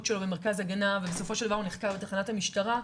שלו במרכז הגנה ובסופו של דבר הוא נחקר בתחנת המשטרה,